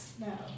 No